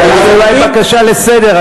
אז תגיש בקשה לסדר,